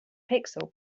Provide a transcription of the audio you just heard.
pixel